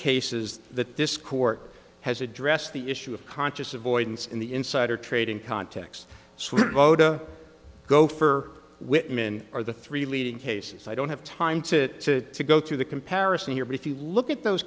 cases that this court has addressed the issue of conscious avoidance in the insider trading context voda go fer whitman are the three leading cases i don't have time to to go through the comparison here but if you look at those